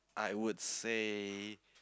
I would say